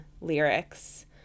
lyrics